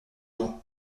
droit